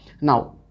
now